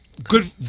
Good